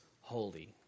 holy